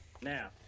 Now